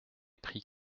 pris